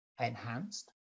enhanced